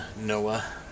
Noah